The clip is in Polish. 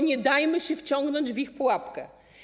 Nie dajmy się wciągnąć w ich pułapkę.